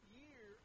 year